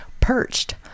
Perched